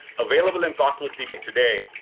available in cosmos db today,